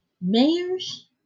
mayors